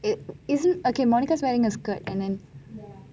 isnt okay monica is wearing a skirt and then